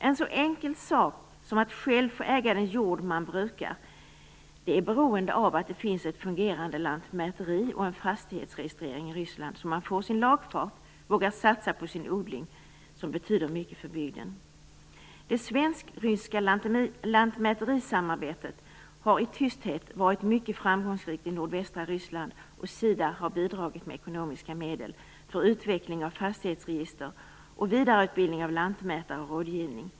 En så enkel sak som att själv få äga den jord man brukar är i Ryssland beroende av att det finns ett fungerande lantmäteri och en fastighetsregistrering så att man får sin lagfart och vågar satsa på sin odling, som betyder mycket för bygden. Det svensk-ryska lantmäterisamarbetet har i tysthet varit mycket framgångsrikt i nordvästra Ryssland, och SIDA har bidragit med ekonomiska medel för utveckling av fastighetsregister och vidareutbildning av lantmätare och rådgivning.